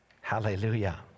Hallelujah